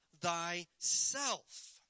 thyself